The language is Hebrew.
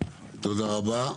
תודה רבה.